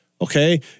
okay